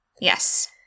Yes